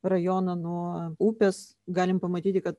rajoną nuo upės galim pamatyti kad